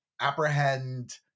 apprehend